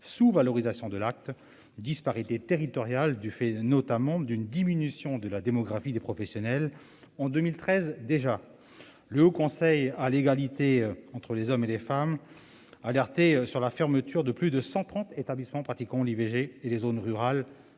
sous-valorisation de l'acte, disparités territoriales du fait, notamment, d'une diminution du nombre de professionnels. En 2013 déjà, le Haut Conseil à l'égalité entre les femmes et les hommes alertait face à la fermeture de plus de 130 établissements pratiquant l'IVG. Dans ces